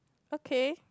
okay